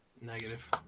Negative